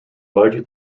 largely